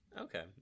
Okay